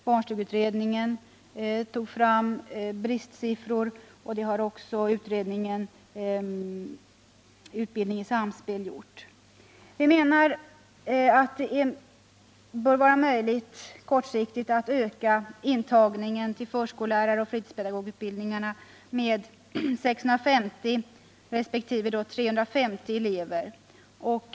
Barnstugeutredningen tog fram bristsiffror och det har också utredningen Utbildning i samspel gjort. Vi menar att det bör vara möjligt att kortsiktigt öka intagningen till förskolläraroch fritidspedagogutbildningarna med 650 resp. 350 elever.